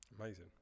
Amazing